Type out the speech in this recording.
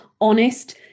honest